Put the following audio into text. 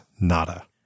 nada